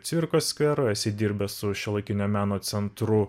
cvirkos skvero esi dirbęs su šiuolaikinio meno centru